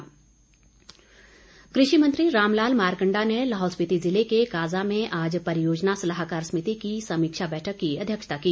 मारकंडा कृषि मंत्री रामलाल मारकण्डा ने लाहौल स्पिति जिले के काजा में आज परियोजना सलाहकार समिति की समीक्षा बैठक की अध्यक्षता की